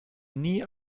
nie